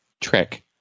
trick